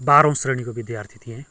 बाह्रौँ श्रेणीको विद्यार्थी थिएँ